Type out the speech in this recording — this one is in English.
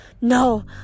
no